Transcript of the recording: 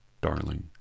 darling